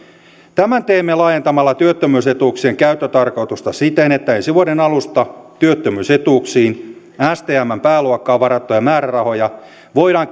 tämän teemme laajentamalla työttömyysetuuksien käyttötarkoitusta siten että ensi vuoden alusta työttömyysetuuksiin stmn pääluokkaan varattuja määrärahoja voidaan